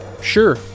Sure